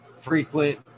frequent